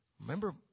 Remember